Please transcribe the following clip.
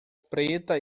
preta